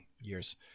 years